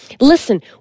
Listen